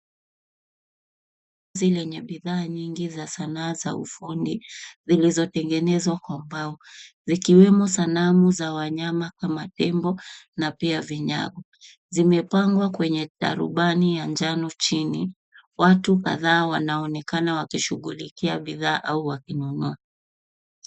Soko lenye bidhaa nyingi za sanaa za ufundi zilizotengenezwa kwa mbao zikiwemo sanamu za wanyama kama tembo na pia vinyago , zimepangwa kwenye darubani ya njano chini watu kadhaa wanaonekana wakishughulikia bidhaa au wakinunua.